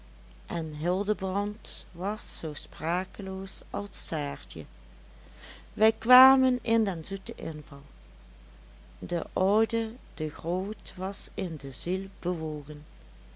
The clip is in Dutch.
en hildebrand was zoo sprakeloos als saartje wij kwamen in den zoeten inval de oude de groot was in de ziel bewogen